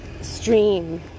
stream